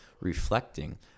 Reflecting